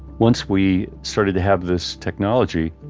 once we started to have this technology,